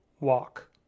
walk